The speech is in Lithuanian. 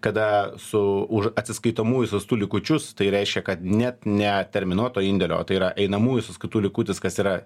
kada su už atsiskaitomųjų sąstų likučius tai reiškia kad net ne terminuoto indėlio o tai yra einamųjų sąskaitų likutis kas yra